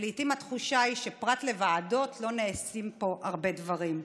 לעיתים התחושה היא שפרט לוועדות לא נעשים פה הרבה דברים.